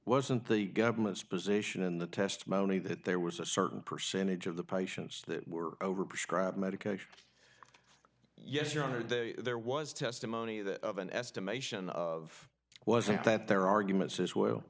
wasn't the government's position in the testimony that there was a certain percentage of the patients that were over prescribed medication yes your honor there was testimony that of an estimation of wasn't that their argument says well